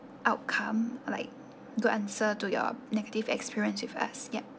outcome like good answer to your negative experience with us yup